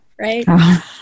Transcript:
right